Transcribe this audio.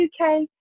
UK